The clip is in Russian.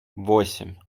восемь